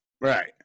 Right